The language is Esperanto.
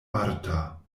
marta